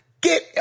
get